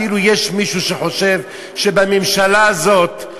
כאילו יש מישהו שחושב שבממשלה הזאת,